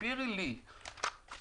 תסבירי לי את ההיגיון,